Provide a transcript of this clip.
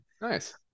Nice